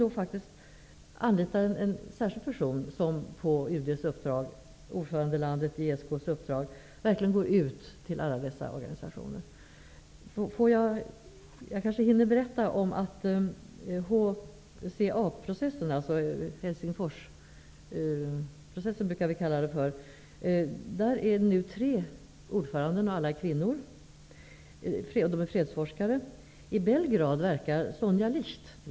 Det gäller således att man anlitar en särskild person som på UD:s uppdrag, på ESK:s ordförandelands uppdrag, verkligen går ut till alla dessa organisationer. Jag kanske också hinner berätta om HCA processen -- eller, som vi brukar kalla den, Helsingforsprocessen -- som har tre ordförande. Samtliga tre är kvinnor och dessutom fredsforskare. I Belgrad t.ex. verkar Sonja Licht.